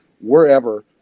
wherever